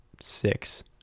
six